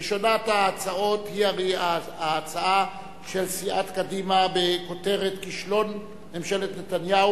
ראשונת ההצעות היא ההצעה של סיעת קדימה בכותרת: כישלון ממשלת נתניהו